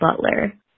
Butler